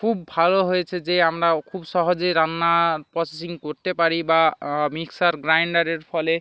খুব ভালো হয়েছে যে আমরাো খুব সহজে রান্না প্রসেসিং করতে পারি বা মিক্সার গ্রাইন্ডারের ফলে